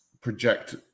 project